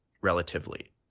relatively